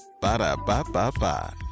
Ba-da-ba-ba-ba